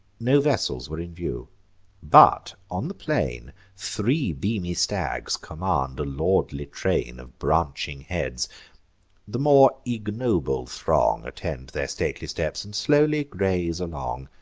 no vessels were in view but, on the plain, three beamy stags command a lordly train of branching heads the more ignoble throng attend their stately steps, and slowly graze along.